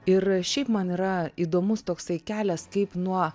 ir šiaip man yra įdomus toksai kelias kaip nuo